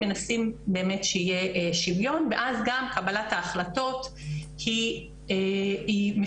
מנסים באמת שיהיה שוויון ואז גם קבלת ההחלטות היא משותפת,